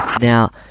now